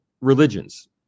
religions